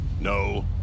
No